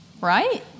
Right